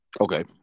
Okay